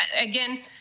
again